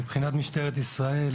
מבחינת משטרת ישראל,